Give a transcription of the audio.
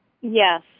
Yes